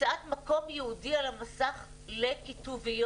הקצאת מקום ייעודי על המסך לכתוביות.